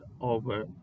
over